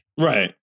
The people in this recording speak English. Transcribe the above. right